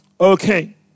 Okay